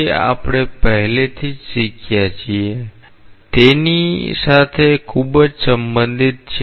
તે આપણે પહેલેથી જ શીખ્યા છીએ તેની સાથે ખૂબ જ સંબંધિત છે